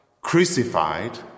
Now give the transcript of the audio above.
crucified